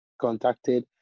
contacted